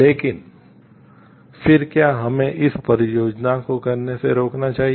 लेकिन फिर क्या हमें इस परियोजना को करने से रोकना चाहिए